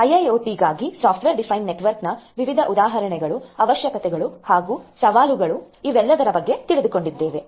ಐಐಒಟಿಗಾಗಿ software defined networks ನ ವಿವಿಧ ಉದಾಹರಣೆಗಳು ಅವಶ್ಯಕತೆಗಳು ಹಾಗೂ ಸವಾಲುಗಳು ಇವೆಲ್ಲದರ ಬಗ್ಗೆ ತಿಳಿದುಕೊಂಡಿದ್ದೇವೆ